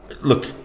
look